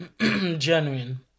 Genuine